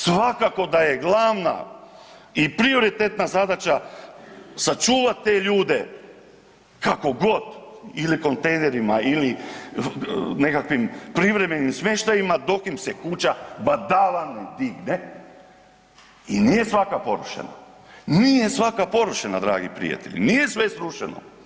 Svakako da je glavna i prioritetna zadaća sačuvat te ljude kako god ili kontejnerima ili nekakvim privremenim smještajima dok im se kuća badava ne digne i nije svaka porušena, nije svaka porušena dragi prijatelji, nije sve srušeno.